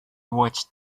watched